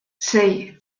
sei